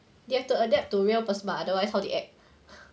you have to adapt to real person mah otherwise how they act